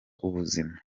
ubuzima